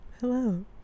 hello